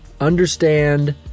understand